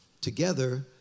together